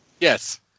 Yes